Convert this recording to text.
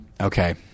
okay